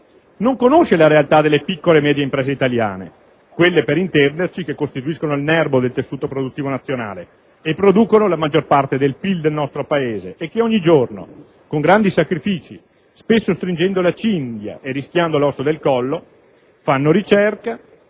non conosce la realtà delle piccole e medie imprese italiane, quelle, per intenderci, che costituiscono il nerbo del tessuto produttivo nazionale e producono la maggior parte del PIL del nostro Paese, e che ogni giorno, con grandi sacrifici, spesso stringendo la cinghia e rischiando l'osso del collo, fanno ricerca,